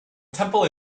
temple